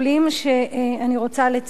שאני רוצה לציין.